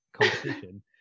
competition